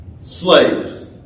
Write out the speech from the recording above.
Slaves